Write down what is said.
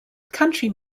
country